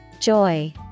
joy